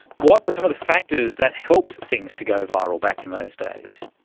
what were some of the factors that helped things to go viral back in those days?